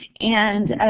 and